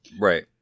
Right